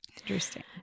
interesting